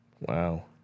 Wow